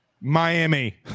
Miami